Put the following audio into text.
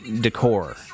decor